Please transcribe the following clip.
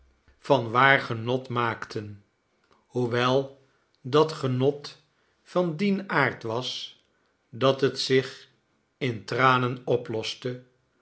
nelly waar genot maakten hoewel dat genot van dien aard was dat het zich in tranen oploste